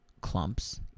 clumps